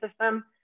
system